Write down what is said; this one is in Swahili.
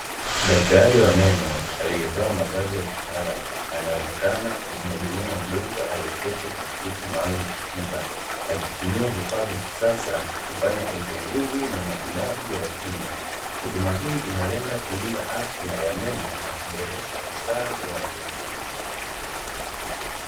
Daktari wa meno aliyevaa mavazi yakitaalamu anaonekana kumuhudumia mgonjwa aliyeketi kwenye kiti maalum cha tiba, akitumia vifaa maalumu vya kisasa kufanya uchunguzi na matibabu ya kinywa. Huduma hii inalenga kulinda afya ya meno nakuboresha ustawi wa wagonjwa.